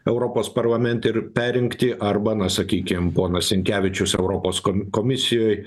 europos parlamente ir perrinkti arba na sakykim ponas sinkevičius europos kom komisijoj